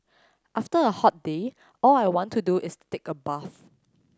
after a hot day all I want to do is take a bath